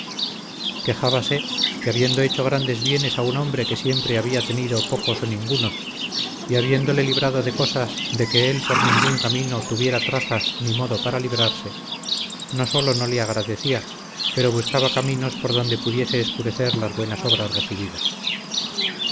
mala voluntad quejabase que habiendo hecho grandes bienes a un hombre que siempre había tenido pocos o ningunos y habiéndole librado de cosas de que él por ningún camino tuviera trazas ni modo para librarse no solo no le agradecía pero buscaba caminos por donde pudiese escurecer las buenas obras recibidas